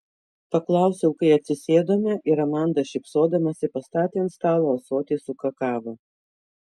paklausiau kai atsisėdome ir amanda šypsodamasi pastatė ant stalo ąsotį su kakava